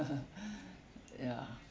ya